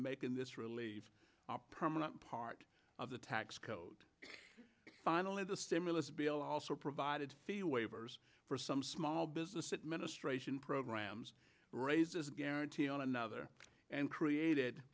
making this relief permanent part of the tax code finally the stimulus bill also provided the waivers for some small business administration programs raises a guarantee on another and created